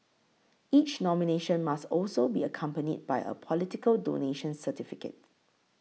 each nomination must also be accompanied by a political donation certificate